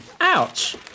ouch